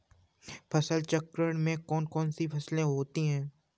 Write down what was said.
फसल चक्रण में कौन कौन सी फसलें होती हैं?